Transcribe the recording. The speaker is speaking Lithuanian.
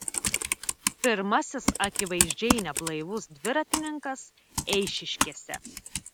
pirmasis akivaizdžiai neblaivus dviratininkas eišiškėse